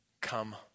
Come